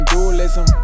Dualism